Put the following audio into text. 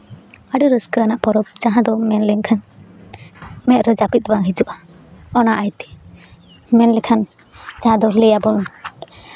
ᱟᱹᱰᱤ ᱨᱟᱹᱥᱠᱟᱹ ᱟᱱᱟᱜ ᱯᱚᱨᱚᱵᱽ ᱡᱟᱦᱟᱸ ᱫᱚ ᱢᱮᱱ ᱞᱮᱱᱠᱷᱟᱱ ᱢᱮᱫ ᱨᱮ ᱡᱟᱹᱯᱤᱫ ᱵᱟᱝ ᱦᱤᱡᱩᱜᱼᱟ ᱚᱱᱟ ᱤᱭᱟᱹᱛᱮ ᱢᱮᱱ ᱞᱮᱠᱷᱟᱱ ᱡᱟᱦᱟᱸ ᱫᱚ ᱞᱟᱹᱭ ᱟᱵᱚᱱ